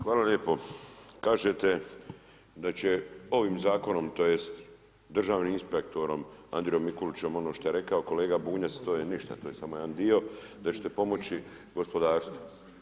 Hvala lijepo, kažete da će ovim zakonom tj. državnm inspektorom Andrijom Mikuliće ono što je rekao kolega Bunjac, to je ništa to je samo jedan dio, da ćete pomoći gospodarstvu.